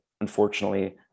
unfortunately